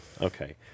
Okay